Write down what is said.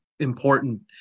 important